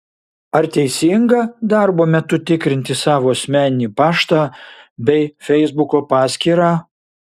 ar teisinga darbo metu tikrinti savo asmeninį paštą bei feisbuko paskyrą